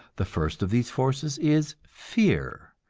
the first of these forces is fear,